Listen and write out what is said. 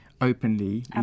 openly